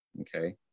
okay